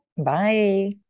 bye